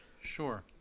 sure